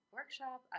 workshop